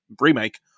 remake